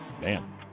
man